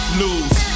lose